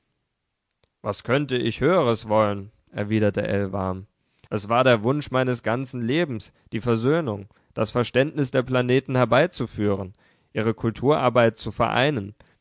was könnte ich höheres wollen erwiderte ell warm es war der wunsch meines ganzen lebens die versöhnung das verständnis der planeten herbeizuführen ihre kulturarbeit zu vereinen